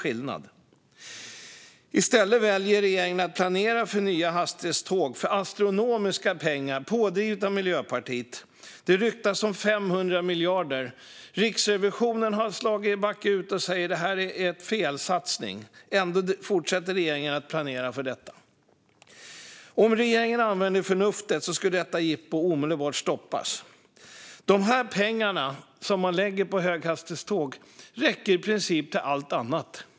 Men i stället väljer regeringen, pådriven av Miljöpartiet, att planera för nya höghastighetståg för astronomiska pengar. Det ryktas om 500 miljarder. Riksrevisionen har slagit bakut och säger att det är en felsatsning, men ändå fortsätter regeringen att planera för detta. Om regeringen använde förnuftet skulle detta jippo omedelbart stoppas. De pengar som man lägger på höghastighetståg räcker i princip till allt annat.